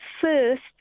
first